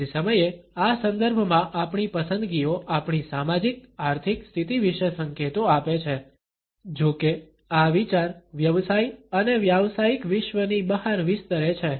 તે જ સમયે આ સંદર્ભમાં આપણી પસંદગીઓ આપણી સામાજિક આર્થિક સ્થિતિ વિશે સંકેતો આપે છે જો કે આ વિચાર વ્યવસાય અને વ્યાવસાયિક વિશ્વની બહાર વિસ્તરે છે